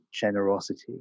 generosity